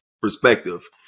perspective